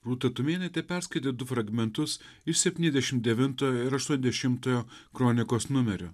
rūta tumėnaitė perskaitė du fragmentus iš septyniasdešim devintojo ir aštuoniasdešimtojo kronikos numerių